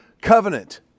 covenant